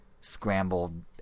scrambled